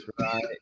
right